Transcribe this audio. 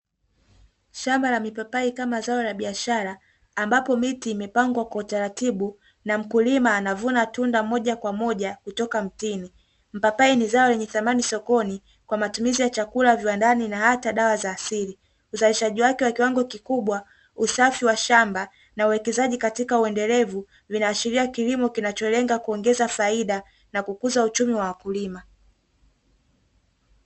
Shamba la mipapai kama zao la biashara, ambapo miti imepangwa kwa utaratibu na mkulima anavuna tunda moja kwa moja kutoka mtini. Mpapai ni zao lenye thamani sokoni kwa matumizi ya chakula, viwandani na hata dawa za asili. Uzalishaji wake wa kiwango kikubwa, usafi wa shamba na uwekezaji katika uendelevu, vinashiria kilimo kinacholenga kuongeza faida kukuza uchumi wa wakulima.